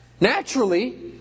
Naturally